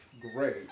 great